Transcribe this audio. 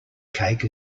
cake